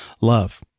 Love